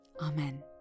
Amen